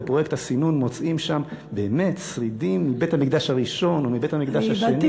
בפרויקט הסינון מוצאים שם שרידים מבית-המקדש הראשון ומבית-המקדש השני,